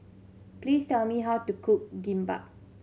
please tell me how to cook Kimbap